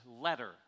letter